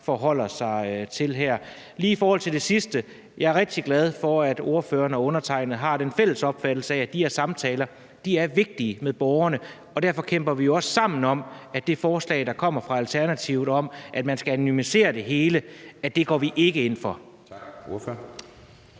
forholder sig til det her. Lige i forhold til det sidste vil jeg sige, at jeg er rigtig glad for, at ordføreren og undertegnede har den fælles opfattelse, at de her samtaler med borgerne er vigtige, og derfor kæmper vi jo også sammen mod det forslag, der kommer fra Alternativet om, at man skal anonymisere det hele. Det går vi ikke ind for.